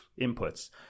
inputs